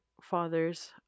father's